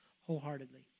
wholeheartedly